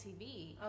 TV